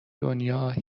دنیا